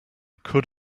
could